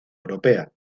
europea